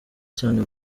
cyane